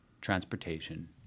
transportation